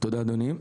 תודה אדוני.